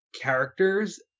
characters